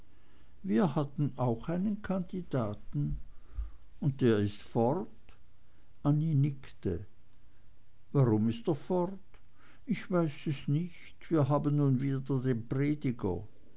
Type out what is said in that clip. wir hatten auch einen kandidaten und der ist fort annie nickte warum ist er fort ich weiß es nicht wir haben nun wieder den prediger